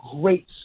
great